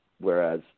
Whereas